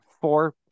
Four